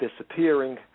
disappearing